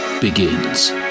begins